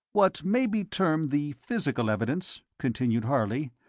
what may be termed the physical evidence, continued harley,